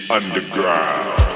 underground